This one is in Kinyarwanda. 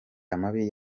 amabi